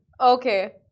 Okay